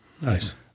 Nice